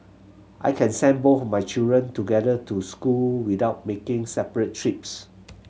I can send both my children together to school without making separate trips